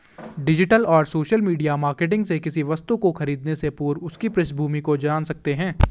digital और social media marketing से किसी वस्तु को खरीदने से पूर्व उसकी पृष्ठभूमि को जान सकते है